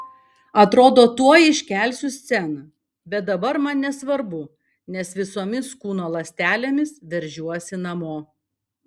atrodo tuoj iškelsiu sceną bet dabar man nesvarbu nes visomis kūno ląstelėmis veržiuosi namo